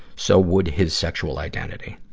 so would his sexual identity.